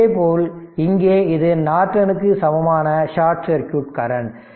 இதேபோல் இங்கே இது நார்டனுக்கு சமமான ஷார்ட் சர்க்யூட் கரண்ட்